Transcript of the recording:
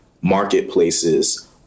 marketplaces